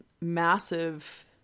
massive